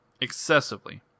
Excessively